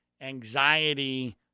anxiety